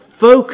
focus